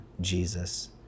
Jesus